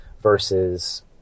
versus